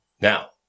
now